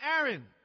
Aaron